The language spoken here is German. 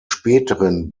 späteren